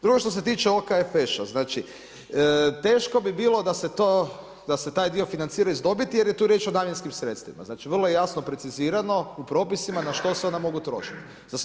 Drugo što se tiče OKFŠ-a, teško bi bilo da se taj financira iz dobiti jer je tu riječ o daljinskim sredstvima, znači vrlo je jasno precizirano u propisima na što se ona mogu trošiti.